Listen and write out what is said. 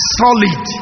solid